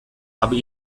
aber